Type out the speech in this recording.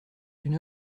une